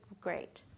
great